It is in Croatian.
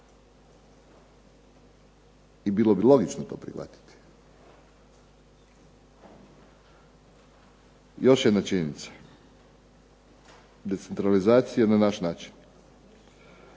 i bilo bi logično to prihvatiti. Još jedna činjenica. Decentralizacija na naš način.